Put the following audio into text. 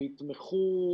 שיתמכו,